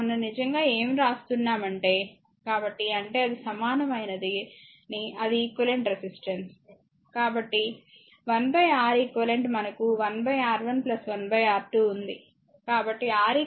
మనం నిజంగా ఏమి వ్రాస్తున్నామంటే కాబట్టి అంటే అది సమానమైనదని అది ఈక్వివలెంట్ రెసిస్టెన్స్